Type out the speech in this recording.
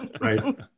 right